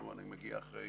אני מגיע אחרי